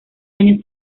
año